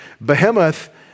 Behemoth